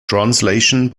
translation